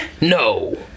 no